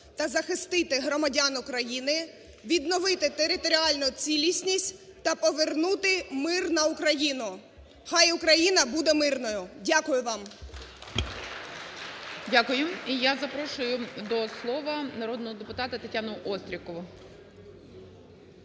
та захистити громадян України, відновити територіальну цілісність та повернути мир на Україну. Хай Україна буде мирною. Дякую вам. ГОЛОВУЮЧИЙ. Дякую. І я запрошую до слова народного депутата ТетянуОстрікову.